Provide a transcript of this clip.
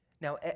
Now